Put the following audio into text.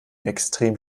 extrem